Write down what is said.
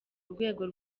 urwego